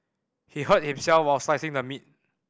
he hurt himself while slicing the meat